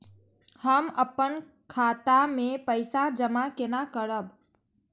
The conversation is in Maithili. हम अपन खाता मे पैसा जमा केना करब?